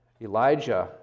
Elijah